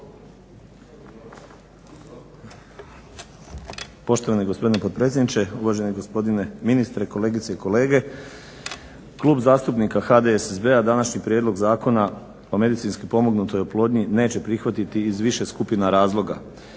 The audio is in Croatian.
Poštovani gospodine potpredsjedniče, uvaženi gospodine ministre, kolegice i kolege. Klub zastupnika HDSSB-a današnji prijedlog zakona o medicinski pomognutoj oplodnji neće prihvatiti iz više skupina razloga.